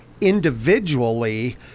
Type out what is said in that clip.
individually